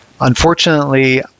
Unfortunately